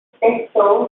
dispersou